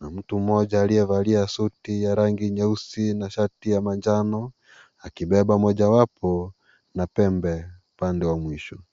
na mtu moja aliyevalia suti ya rangi nyeusi na shati ya manjano akibeba mojawapo na pembe pande wa mwisho.